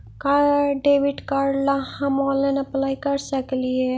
का debit card ला हम ऑनलाइन अप्लाई कर सकली हे?